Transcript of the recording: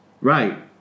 right